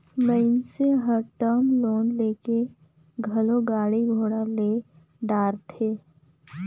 मइनसे हर term loan लेके घलो गाड़ी घोड़ा ले डारथे